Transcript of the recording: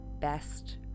best